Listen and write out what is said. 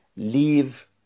Leave